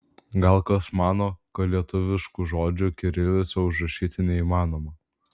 gal kas mano kad lietuviškų žodžių kirilica užrašyti neįmanoma